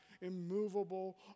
immovable